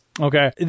Okay